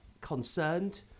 concerned